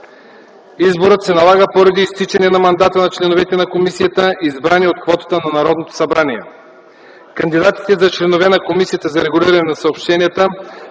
Изборът се налага поради изтичането на мандата на членовете на комисията, избрани от квотата на Народното събрание. Кандидатите за членове на Комисията за регулиране на съобщенията